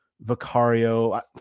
Vicario